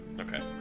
Okay